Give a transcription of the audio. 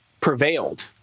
prevailed